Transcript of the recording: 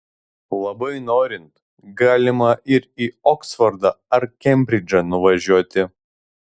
labai norint galima ir į oksfordą ar kembridžą nuvažiuoti